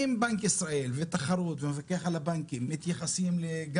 אם בנק ישראל ותחרות והמפקח על הבנקים מתייחסים גם